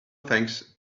thanks